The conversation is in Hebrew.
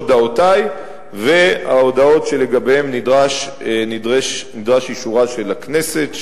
הודעותי וההודעות שלגביהן נדרש אישורה של הכנסת,